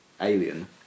Alien